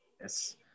Yes